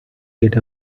get